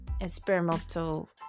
experimental